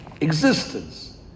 existence